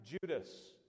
Judas